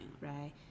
right